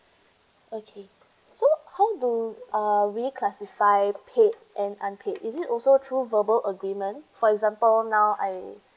okay so how do uh really classify paid and unpaid is it also through verbal agreement for example now I